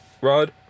Rod